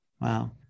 Wow